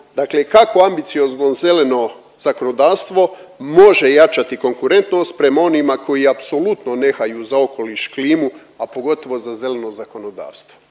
Dakle kako ambiciozno zeleno zakonodavstvo može jačati konkurentnost prema onima koji apsolutno ne haju za okoliš, klimu, a pogotovo za zeleno zakonodavstvo,